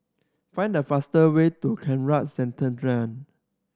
find the fast way to Conrad Centennial